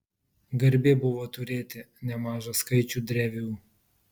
garbė buvo turėti nemažą skaičių drevių